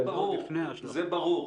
זה ברור,